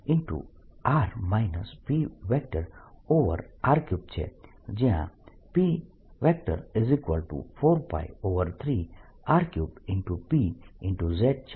r r pr3 છે જ્યાં p4π3R3P z છે